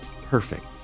perfect